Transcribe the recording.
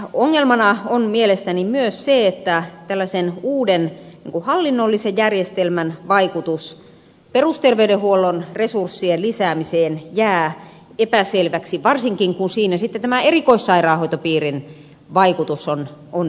ongelmana on mielestäni myös se että tällaisen uuden hallinnollisen järjestelmän vaikutus perusterveydenhuollon resurssien lisäämiseen jää epäselväksi varsinkin kun siinä sitten erikoissairaanhoitopiirin vaikutus on niin suuri